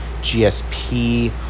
GSP